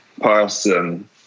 person